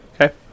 Okay